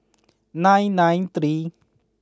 nine nine three